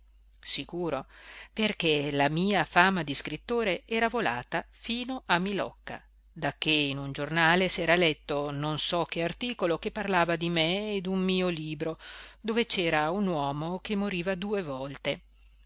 sicuro perché la mia fama di scrittore era volata fino a milocca dacché in un giornale s'era letto non so che articolo che parlava di me e d'un mio libro dove c'era un uomo che moriva due volte